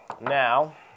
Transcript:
Now